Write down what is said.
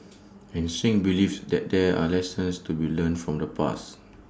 and Singh believes that there are lessons to be learnt from the past